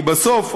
כי בסוף,